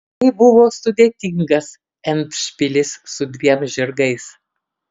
tai buvo sudėtingas endšpilis su dviem žirgais